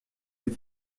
des